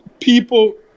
people